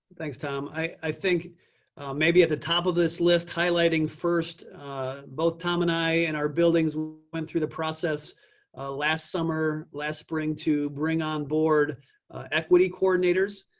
thanks, tom. i think maybe at the top of this list highlighting first both tom and i and our buildings went through the process last summer, last spring to bring on board equity coordinators.